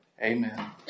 Amen